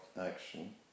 action